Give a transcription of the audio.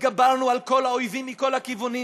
התגברנו על כל האויבים מכל הכיוונים